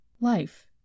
Life